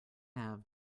have